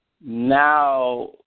now